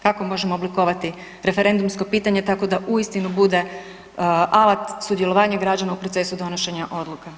Kako možemo oblikovati referendumsko pitanje, tako da uistinu bude alat sudjelovanja građana u procesu donošenja odluka?